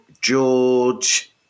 George